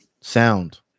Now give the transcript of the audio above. sound